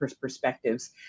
perspectives